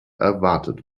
erwartet